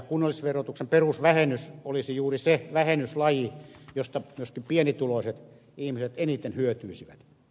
kunnallisverotuksen perusvähennys olisi juuri se vähennyslaji josta myöskin pienituloiset ihmiset eniten hyötyisivät